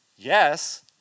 Yes